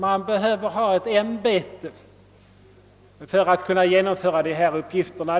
Det behövs ett ämbete för att kunna genomföra dessa uppgifter.